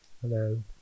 hello